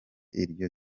iryo